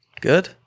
Good